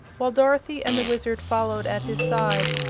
while dorothy and the wizard followed at his side.